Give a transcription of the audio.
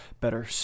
better